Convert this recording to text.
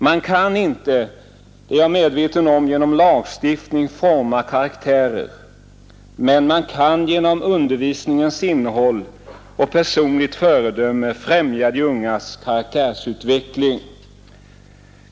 Man kan inte — det är jag medveten om — genom lagstiftning forma karaktärer, men man kan genom undervisningens innehåll och personligt föredöme främja de ungas karaktärsutveckling.